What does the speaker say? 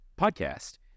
podcast